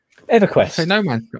EverQuest